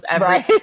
Right